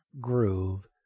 groove